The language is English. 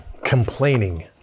complaining